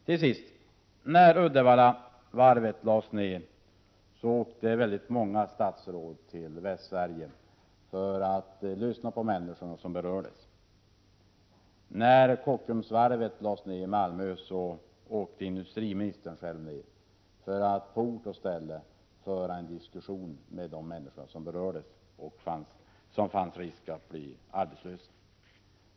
Till sist: När Uddevallavarvet lades ner åkte många statsråd till Västsverige för att lyssna på människorna som berördes. När Kockums varv i Malmö lades ner åkte industriministern själv ner för att på ort och ställe föra en diskussion med de människor som berördes och löpte risk att bli arbetslösa.